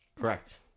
correct